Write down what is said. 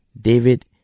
David